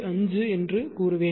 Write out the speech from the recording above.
5 என்று கூறுவேன்